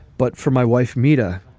but for my wife meeta,